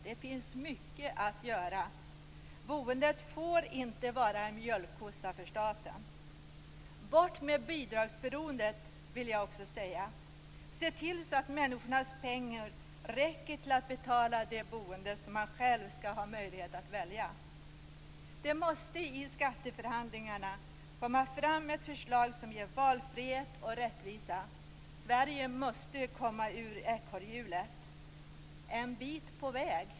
Det finns mycket att göra. Boendet får inte vara en mjölkkossa för staten. Bort med bidragsberoendet, vill jag också säga. Se till att människornas pengar räcker till att betala det boende som man själv skall ha möjlighet att välja. Det måste i skatteförhandlingarna komma fram ett förslag som ger valfrihet och rättvisa. Sverige måste komma ur ekorrhjulet. En bit på väg.